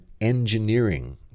engineering